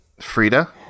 Frida